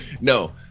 no